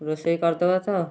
ରୋଷେଇ କରିଦେବ ତ